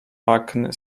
acne